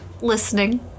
listening